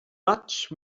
much